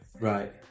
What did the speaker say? right